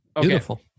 beautiful